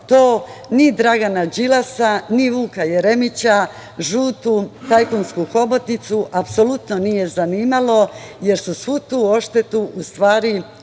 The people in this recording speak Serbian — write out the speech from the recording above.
to ni Dragana Đilasa, ni Vuka Jeremića, žutu tajkunsku hobotnicu apsolutno nije zanimalo, jer su svu tu odštetu, u stvari platili